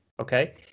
Okay